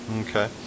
Okay